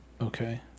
Okay